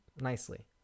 nicely